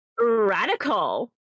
Radical